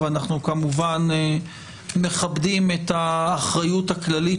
ואנחנו כמובן מכבדים את האחריות הכללית